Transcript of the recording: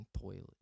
toilet